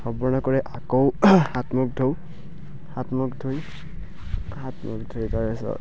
সম্পূৰ্ণ কৰি আকৌ হাত মুখ ধোঁ হাত মুখ ধুই হাত মুখ ধুই তাৰপিছত